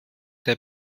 der